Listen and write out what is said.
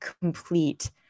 complete